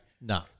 No